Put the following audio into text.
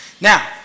Now